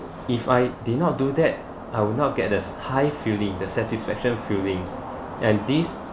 if I did not do that I will not get this high feeling the satisfaction feeling and this